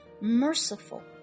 merciful